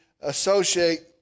associate